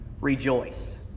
rejoice